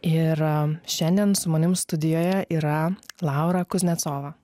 ir šiandien su manim studijoje yra laura kuznecova